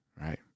Right